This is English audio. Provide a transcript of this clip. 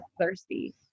thirsty